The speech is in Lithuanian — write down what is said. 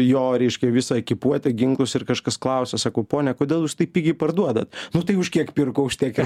jo reiškia visą ekipuotę ginklus ir kažkas klausia sako pone kodėl jūs taip pigiai parduodat nu tai už kiek pirko už tiek ir